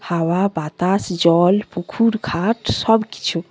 হাওয়া বাতাস জল পুকুর ঘাট সব কিছু